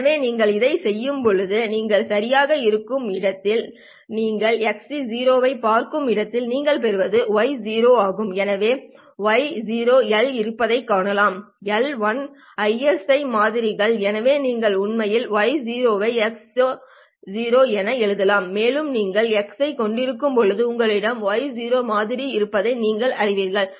எனவே நீங்கள் இதைச் செய்யும்போது நீங்கள் சரியாக இருக்கும் இடத்தில் எனவே நீங்கள் xc ஐப் பார்க்கும் இடத்தில் நீங்கள் பெறுவது y ஆகும் எனவே y இருப்பதைக் காணலாம் ISI மாதிரிகள் எனவே நீங்கள் உண்மையில் y ஐ xc என எழுதலாம் மேலும் நீங்கள் x ஐக் கொண்டிருக்கும்போது உங்களிடம் y மாதிரி இருப்பதை நீங்கள் அறிவீர்கள்